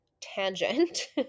tangent